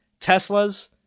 Teslas